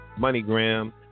MoneyGram